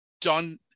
done